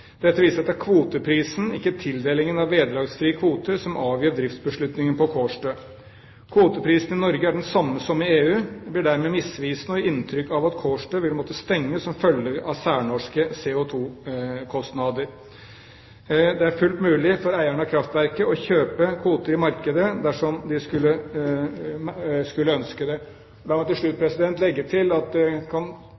Dette viser at det er kvoteprisen, ikke tildelingen av vederlagsfrie kvoter, som avgjør driftsbeslutningen på Kårstø. Kvoteprisen i Norge er den samme som i EU. Det blir dermed misvisende å gi inntrykk av at Kårstø vil måtte stenge som følge av særnorske CO2-kostnader. Det er fullt mulig for eierne av kraftverket å kjøpe kvoter i markedet dersom de skulle ønske det. La meg til slutt